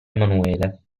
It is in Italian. emanuele